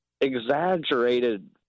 exaggerated